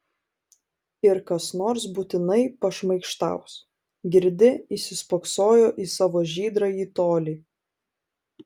ir kas nors būtinai pašmaikštaus girdi įsispoksojo į savo žydrąjį tolį